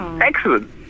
Excellent